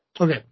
Okay